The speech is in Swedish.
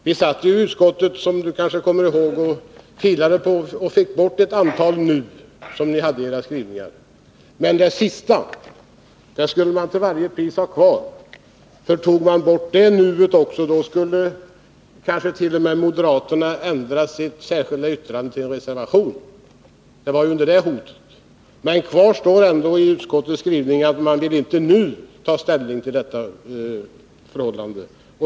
Vi satt i utskottet, som Rolf Rämgård kanske kommer ihåg, och filade bort ett antal ”nu” som ni hade i era skrivningar, men det sista skulle ni till varje pris ha kvar, för tog man bort det också, skulle kanske moderaterna ändra sitt särskilda yttrande till en reservation. Kvar står ändå i utskottets skrivning att man inte nu vill ta ställning till detta förhållande.